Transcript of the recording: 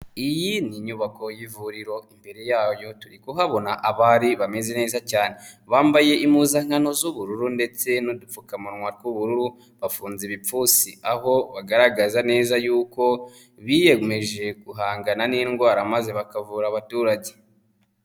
Iyi ni inyubako y'ivuriro, imbere yayo, turi kuhabona abari bameze neza cyane. Bambaye impuzankano z'ubururu ndetse n'udupfukamunwa tw'ubururu, bafunze ibipfunsi, aho bagaragaza neza yuko biyemeje guhangana n'indwara maze bakavura abaturage.